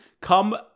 come